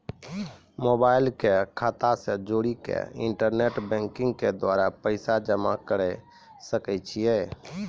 Mobile के खाता से जोड़ी के इंटरनेट बैंकिंग के द्वारा पैसा जमा करे सकय छियै?